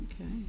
Okay